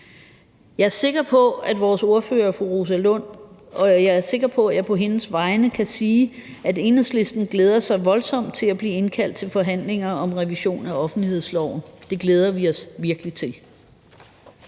jeg på vegne af vores ordfører, fru Rosa Lund, kan sige, at Enhedslisten glæder sig voldsomt til at blive indkaldt til forhandlinger om revision af offentlighedsloven. Det glæder vi os virkelig til.